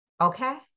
Okay